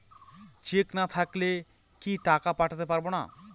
Check না থাকলে কি টাকা পাঠাতে পারবো না?